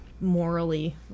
morally